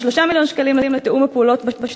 7 מיליון שקלים לתרבות יהודית,